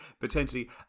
potentially